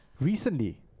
recently